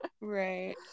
Right